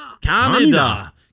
Canada